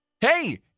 Hey